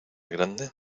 grande